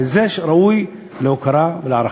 זה ראוי להוקרה ולהערכה.